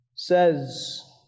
Says